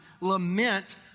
lament